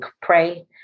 pray